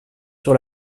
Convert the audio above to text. sur